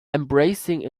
embracing